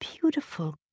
beautiful